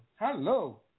hello